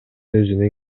өзүнө